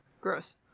Gross